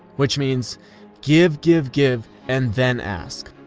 which means give, give, give and then ask.